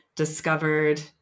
discovered